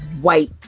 white